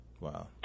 Wow